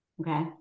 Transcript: Okay